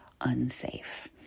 unsafe